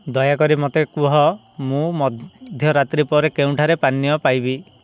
ଦୟାକରି ମୋତେ କୁହ ମୁଁ ମଧ୍ୟରାତ୍ରି ପରେ କେଉଁଠାରେ ପାନୀୟ ପାଇବି